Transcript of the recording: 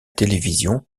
télévision